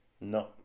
No